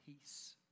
peace